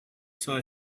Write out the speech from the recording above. saw